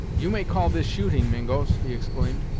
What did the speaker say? you may call this shooting, mingos! he exclaimed,